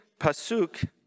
pasuk